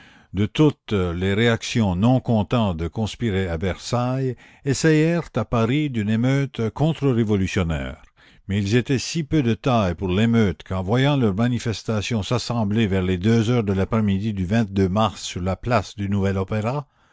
de toutes les réactions non contents de conspirer à versailles essayèrent à paris d'une émeute contrerévolutionnaire mais ils étaient si peu de taille pour l'émeute qu'en voyant leur la commune manifestation s'assembler vers deux heures de l'après-midi du mars sur la place du nouvel